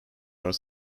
are